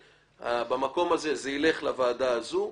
המקרה הזה ילך לוועדה הזאת.